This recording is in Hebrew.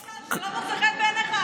יש שר שלא מוצא חן בעיניך,